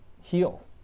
heal